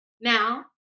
Now